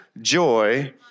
joy